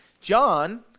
John